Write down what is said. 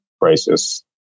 crisis